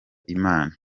imana